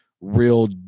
real